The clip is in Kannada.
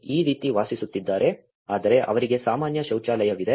ಈ ರೀತಿ ವಾಸಿಸುತ್ತಿದ್ದಾರೆ ಆದರೆ ಅವರಿಗೆ ಸಾಮಾನ್ಯ ಶೌಚಾಲಯವಿದೆ